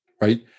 Right